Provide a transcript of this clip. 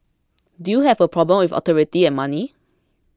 do you have a problem with authority and money